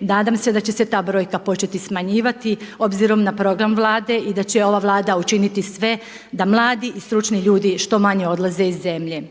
Nadam se da će se ta brojka početi smanjivati obzirom na program Vlade i da će ova Vlada učiniti sve da mladi i stručni ljudi što manje odlaze iz zemlje.